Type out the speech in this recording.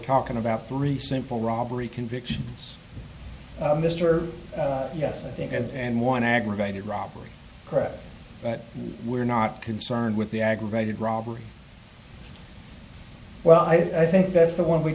talking about three simple robbery convictions mr yes i think and one aggravated robbery correct that we're not concerned with the aggravated robbery well i think that's the one we